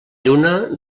lluna